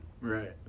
Right